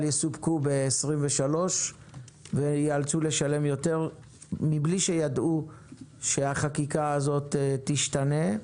יסופקו ב-23 וייאלצו לשלם יותר מבלי שידעו שהחקיקה הזאת תשתנה,